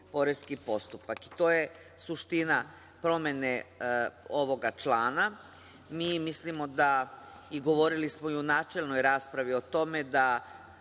To je suština promene ovog člana. Mi mislimo i govorili smo i u načelnoj raspravi o tome da